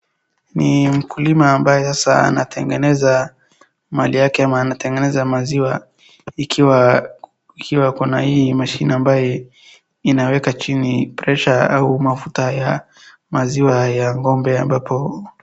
Ni mkulima ambaye sasa anatengeneza mali yake ,ama anatengeneza maziwa ikiwa kuna hii machine ambaye inaweka chini presha au mafuta ya maziwa ya ng'ombe ambapo...